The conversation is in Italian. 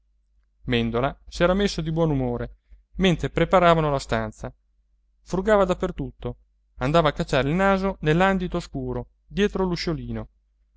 quale mèndola s'era messo di buon umore mentre preparavano la stanza frugava da per tutto andava a cacciare il naso nell'andito oscuro dietro